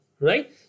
right